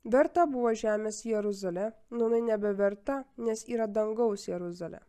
verta buvo žemės jeruzalė nūnai nebeverta nes yra dangaus jeruzalė